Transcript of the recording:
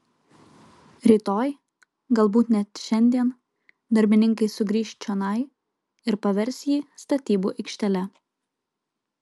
rytoj galbūt net šiandien darbininkai sugrįš čionai ir pavers jį statybų aikštele